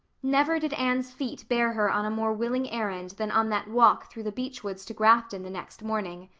never did anne's feet bear her on a more willing errand than on that walk through the beechwoods to grafton the next morning.